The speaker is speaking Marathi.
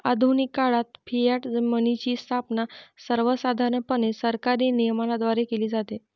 आधुनिक काळात फियाट मनीची स्थापना सर्वसाधारणपणे सरकारी नियमनाद्वारे केली जाते